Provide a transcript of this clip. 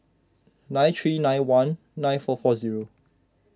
nine three nine one nine four four zero